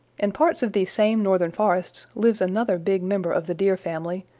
in parts of these same northern forests lives another big member of the deer family,